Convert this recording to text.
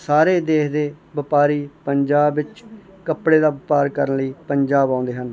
ਸਾਰੇ ਦੇਸ਼ ਦੇ ਵਪਾਰੀ ਪੰਜਾਬ ਵਿੱਚ ਕੱਪੜੇ ਦਾ ਵਪਾਰ ਕਰਨ ਲਈ ਪੰਜਾਬ ਆਉਂਦੇ ਹਨ